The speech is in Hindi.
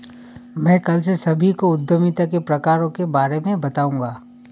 मैं कल से सभी को उद्यमिता के प्रकारों के बारे में बताऊँगा